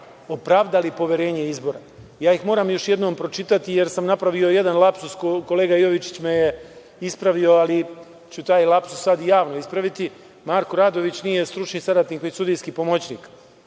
opravdali poverenje izbora. Moram ih još jednom pročitati, jer sam napravio jedan lapsus. Kolega Jovičić me je ispravio, ali ću taj lapsus sad i javno ispraviti. Marko Radović nije stručni saradnik, nego sudijski pomoćnik